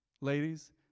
Ladies